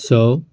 سو